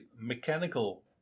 mechanical